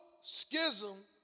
schism